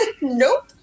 nope